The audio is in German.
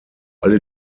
alle